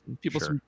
People